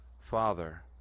father